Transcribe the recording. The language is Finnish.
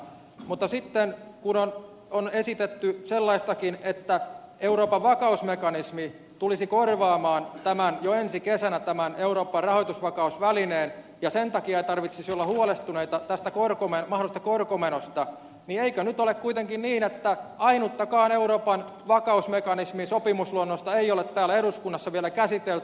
mutta sitten kun on esitetty sellaistakin että euroopan vakausmekanismi tulisi korvaamaan jo ensi kesänä tämän euroopan rahoitusvakausvälineen ja sen takia ei tarvitsisi olla huolestuneita tästä mahdollisesta korkomenosta eikö nyt ole kuitenkin niin että ainuttakaan euroopan vakausmekanismisopimusluonnosta ei ole täällä eduskunnassa vielä käsitelty